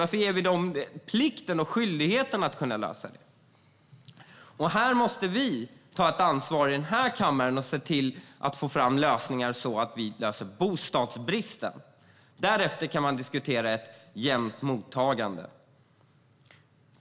Varför ger vi dem plikten och skyldigheten att lösa det? Vi måste ta ett ansvar i den här kammaren och se till att få fram lösningar på bostadsbristen. Därefter kan man diskutera ett jämnt mottagande.